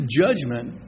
judgment